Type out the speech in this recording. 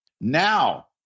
Now